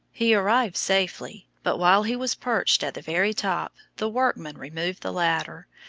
he arrived safely, but while he was perched at the very top the workmen removed the ladder,